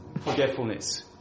Forgetfulness